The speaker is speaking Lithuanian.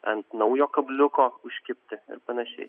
ant naujo kabliuko užkibti ir panašiai